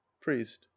priest